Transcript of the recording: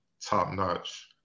top-notch